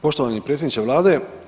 Poštovani predsjedniče vlade.